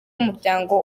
umuryango